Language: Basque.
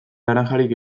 laranjarik